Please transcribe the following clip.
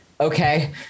okay